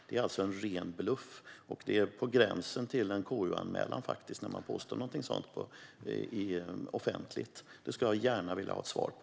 Det är en ren bluff. Det är på gränsen till en KU-anmälan när man påstår någonting sådant offentligt. Det skulle jag gärna vilja ha ett svar på.